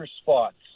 spots